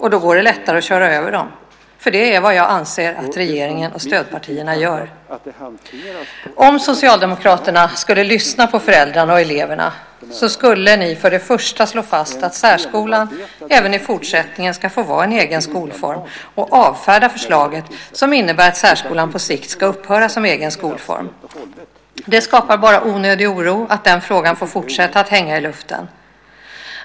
Då är det också lättare att köra över dem, och det är vad jag anser att regeringen och stödpartierna gör. Om Socialdemokraterna lyssnade på föräldrarna och eleverna skulle de slå fast att särskolan även i fortsättningen får vara en egen skolform samt avfärda de förslag som innebär att särskolan som egen skolform på sikt ska upphöra. Att den frågan får fortsätta att hänga i luften skapar bara onödig oro.